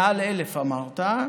מעל 1,000 אמרת,